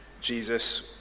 Jesus